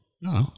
No